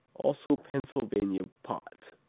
also pennsylvania pot,